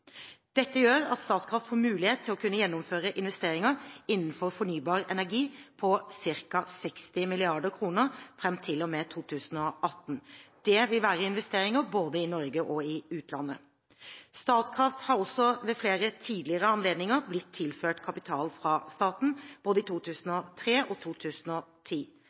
Dette gjør at Statkraft får mulighet til å kunne gjennomføre investeringer innenfor fornybar energi på ca. 60 mrd. kr fram til og med 2018. Det vil være investeringer både i Norge og i utlandet. Statkraft har også ved flere tidligere anledninger blitt tilført kapital fra staten, både i 2003 og i 2010.